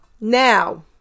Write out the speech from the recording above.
now